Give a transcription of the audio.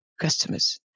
customers